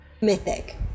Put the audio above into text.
Mythic